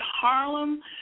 Harlem